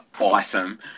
awesome